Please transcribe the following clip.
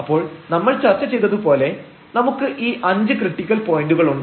അപ്പോൾ നമ്മൾ ചർച്ച ചെയ്തത് പോലെ നമുക്ക് ഈ 5 ക്രിട്ടിക്കൽ പോയന്റുകൾ ഉണ്ട്